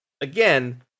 Again